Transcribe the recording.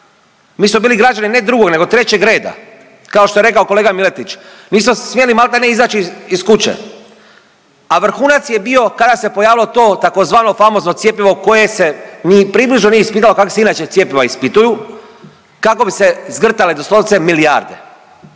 Mi smo bili građani ne drugog nego trećeg reda kao što je rekao kolega Miletić. Nismo smjeli maltene izaći iz kuće. A vrhunac je bio kada se pojavilo to tzv. famozno cjepivo koje se ni približno nije ispitalo kako se inače cjepiva ispituju kako bi se zgrtale doslovce milijarde.